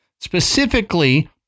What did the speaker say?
specifically